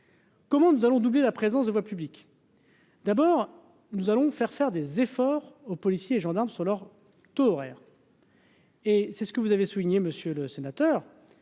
Comment nous allons doubler la présence de voie publique d'abord, nous allons faire faire des efforts aux policiers et gendarmes sur leur taux horaire. Et c'est ce que vous avez souligné monsieur le sénateur,